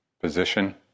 position